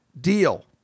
deal